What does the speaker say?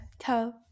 tell